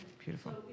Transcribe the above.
Beautiful